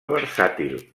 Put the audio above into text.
versàtil